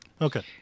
Okay